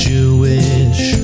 Jewish